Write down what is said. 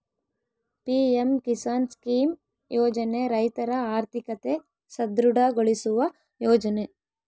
PM Kisan scheme ಯೋಜನೆ ರೈತರ ಆರ್ಥಿಕತೆ ಸದೃಢ ಗೊಳಿಸುವ ಯೋಜನೆ